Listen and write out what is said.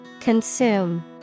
Consume